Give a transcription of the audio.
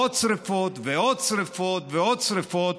עוד שרפות ועוד שרפות ועוד שרפות.